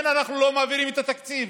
מה, אתם לא רואים שהוא משתמש